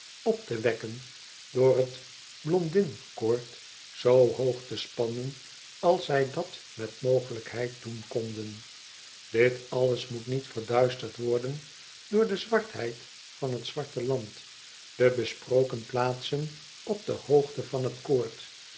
op te wekken door t blondin koord zoo hoog te spannen als zij dat met mogelijkheid doen konden dit alles moet niet verduisterd worden door de zwartheid van t zwarte land de besproken plaatsen op de hoogte van t koord